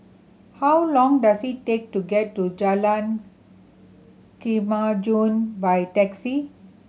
how long does it take to get to Jalan Kemajuan by taxi